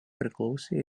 priklausė